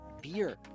beer